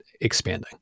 expanding